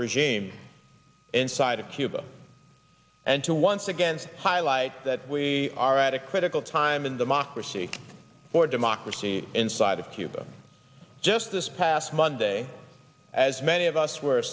regime inside of cuba and to once again to highlight that we are at a critical time in democracy for democracy inside of cuba just this past monday as many of us were